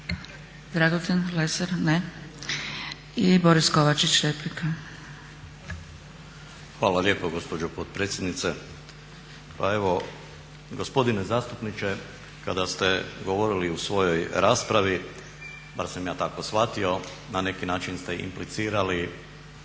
Dragutin Lesar? Ne. I Boris Kovačić, replika. **Kovačić, Borislav (SDP)** Hvala lijepo gospođo potpredsjednice. Gospodine zastupniče kada ste govorili u svojoj raspravi, bar sam ja tako shvatio na neki način ste implicirali